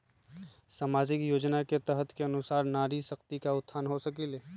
सामाजिक योजना के तहत के अनुशार नारी शकति का उत्थान हो सकील?